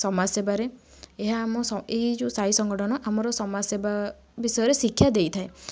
ସମାଜସେବାରେ ଏହା ଆମ ଏଇ ଯେଉଁ ସାଇ ସଂଗଠନ ଆମର ସମାଜସେବା ବିଷୟରେ ଶିକ୍ଷା ଦେଇଥାଏ